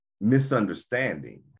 misunderstanding